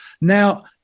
Now